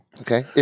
Okay